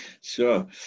sure